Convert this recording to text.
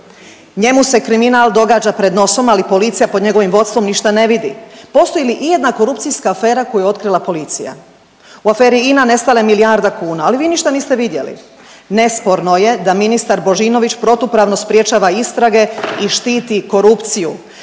Njemu se kriminal događa pred nosom, ali policija pod njegovim vodstvom ništa ne vidi. Postoji li ijedna korupcijska afera koju je otkrila policija. U aferi INA nestala je milijarda kuna, ali vi ništa niste vidjeli. Nesporno je da ministar Božinović protupravno sprječava istrage i štiti korupciju.